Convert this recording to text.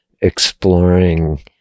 exploring